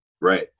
Right